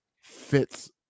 fits